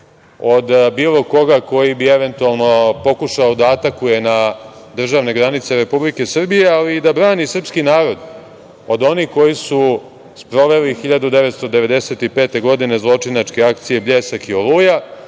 od bilo koga koji bi eventualno pokušao da atakuje na državne granice Republike Srbije, ali i da brani srpski narod od onih koji su sproveli 1995. godine zločinačke akcije „Bljesak“ i „Oluja“